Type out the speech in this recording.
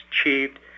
achieved